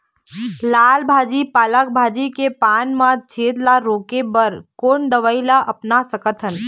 लाल भाजी पालक भाजी के पान मा छेद ला रोके बर कोन दवई ला अपना सकथन?